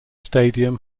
stadium